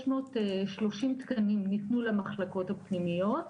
מאות שלושים תקנים ניתנו למחלקות הפנימיות,